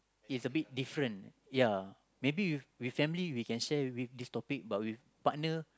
is a bit different ya maybe with with family we can share with this topic but with partner